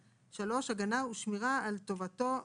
(3) הגנה ושמירה על טובתו וביטחונו.